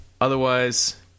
otherwise